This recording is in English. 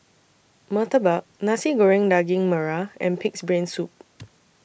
Murtabak Nasi Goreng Daging Merah and Pig'S Brain Soup